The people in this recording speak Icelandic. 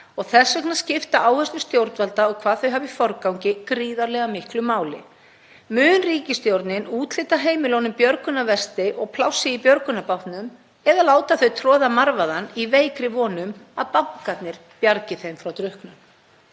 og þess vegna skipta áherslur stjórnvalda og hvað þau hafa í forgangi gríðarlega miklu máli. Mun ríkisstjórnin úthluta heimilunum björgunarvesti og plássi í björgunarbátnum eða láta þau troða marvaðann í veikri von um að bankarnir bjargi þeim frá drukknun?